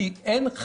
כי אין,